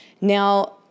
Now